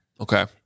Okay